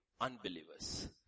unbelievers